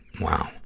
Wow